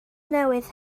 newydd